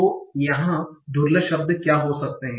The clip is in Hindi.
तो यहाँ दुर्लभ शब्द क्या हो सकते हैं